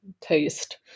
taste